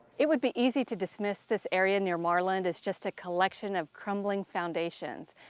it would be easy to dismiss this area near marland as just a collection of crumbling foundations,